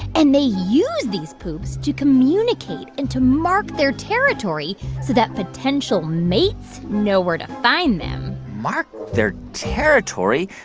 and they use these poops to communicate and to mark their territory, so that potential mates know where to find them mark their territory?